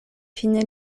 fine